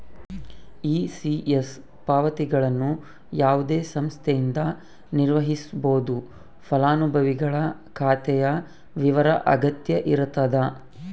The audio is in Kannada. ಇ.ಸಿ.ಎಸ್ ಪಾವತಿಗಳನ್ನು ಯಾವುದೇ ಸಂಸ್ಥೆಯಿಂದ ನಿರ್ವಹಿಸ್ಬೋದು ಫಲಾನುಭವಿಗಳ ಖಾತೆಯ ವಿವರ ಅಗತ್ಯ ಇರತದ